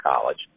college